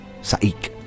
saik